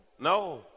no